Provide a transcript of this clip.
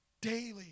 daily